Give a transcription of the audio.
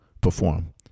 perform